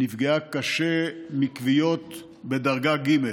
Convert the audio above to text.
נפגעה קשה מכוויות בדרגה ג'.